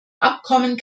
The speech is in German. abkommen